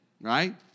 right